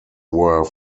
were